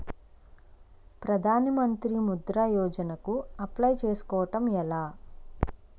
ప్రధాన మంత్రి ముద్రా యోజన కు అప్లయ్ చేసుకోవటం ఎలా?